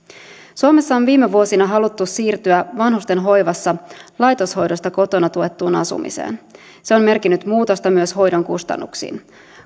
suomessa on viime vuosina haluttu siirtyä vanhustenhoivassa laitoshoidosta kotona tuettuun asumiseen se on merkinnyt muutosta myös hoidon kustannuksiin